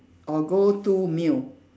or go to meal